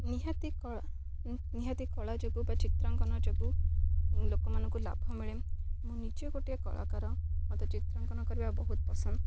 ନିହାତି ନିହାତି କଳା ଯୋଗୁଁ ବା ଚିତ୍ରାଙ୍କନ ଯୋଗୁଁ ଲୋକମାନଙ୍କୁ ଲାଭ ମିଳେ ମୁଁ ନିଜେ ଗୋଟିଏ କଳାକାର ମୋତେ ଚିତ୍ରାଙ୍କନ କରିବା ବହୁତ ପସନ୍ଦ